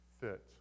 fit